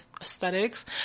aesthetics